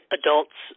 adults